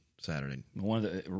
Saturday